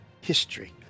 history